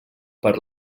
per